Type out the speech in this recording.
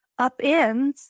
upends